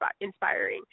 inspiring